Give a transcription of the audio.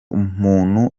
umuntu